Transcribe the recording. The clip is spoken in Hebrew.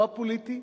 לא הפוליטי?